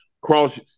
cross